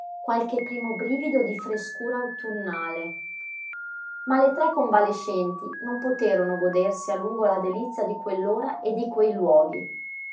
qualche primo brivido di frescura autunnale ma le tre convalescenti non poterono godersi a lungo la delizia di quell'ora e di quei luoghi